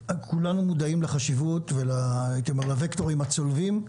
כולנו מודעים לחשיבות ולווקטורים הצולבים.